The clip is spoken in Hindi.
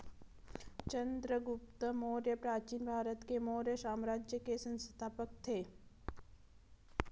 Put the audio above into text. चंद्रगुप्त मौर्य प्राचीन भारत में मौर्य साम्राज्य के संस्थापक थे